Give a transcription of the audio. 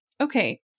Okay